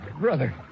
brother